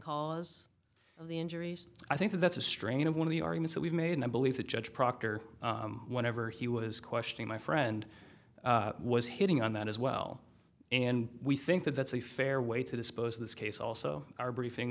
cause of the injuries i think that's a strain of one of the arguments we've made and i believe the judge proctor whatever he was questioning my friend was hitting on that as well and we think that that's a fair way to dispose of this case also our briefing